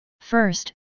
First